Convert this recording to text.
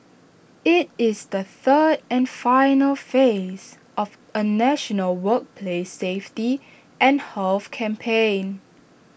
IT is the third and final phase of A national workplace safety and health campaign